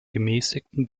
gemäßigten